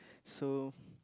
so